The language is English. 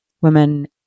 women